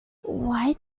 why